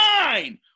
nine